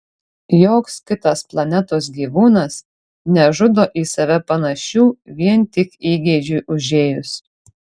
joks kitas planetos gyvūnas nežudo į save panašių vien tik įgeidžiui užėjus